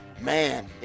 man